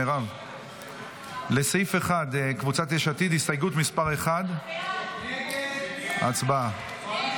הסתייגות מס' 1 לסעיף 1. הצבעה.